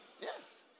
yes